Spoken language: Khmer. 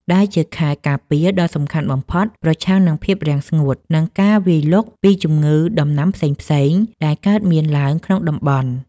ដែលជាខែលការពារដ៏សំខាន់បំផុតប្រឆាំងនឹងភាពរាំងស្ងួត និងការវាយលុកពីជំងឺដំណាំផ្សេងៗដែលកើតមានឡើងក្នុងតំបន់។